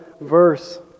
verse